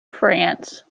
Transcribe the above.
france